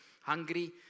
hungry